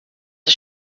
ist